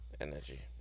energy